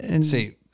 See